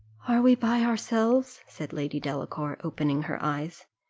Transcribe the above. are we by ourselves? said lady delacour, opening her eyes.